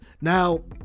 Now